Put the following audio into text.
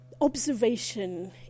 observation